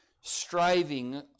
striving